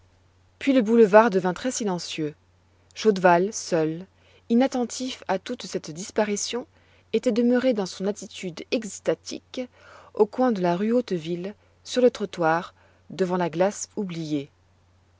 puis le boulevard devint très silencieux chaudval seul inattentif à toute cette disparition était demeuré dans son attitude extatique au coin de la rue hauteville sur le trottoir devant la glace oubliée